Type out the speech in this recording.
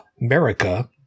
America